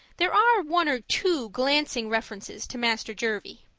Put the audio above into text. there are one or two glancing references to master jervie.